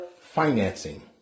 financing